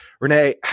Renee